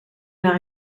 naar